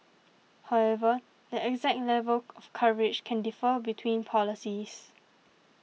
however the exact level of coverage can differ between policies